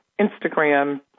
Instagram